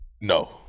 No